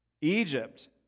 Egypt